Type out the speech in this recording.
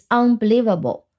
unbelievable